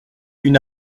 une